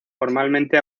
formalmente